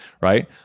right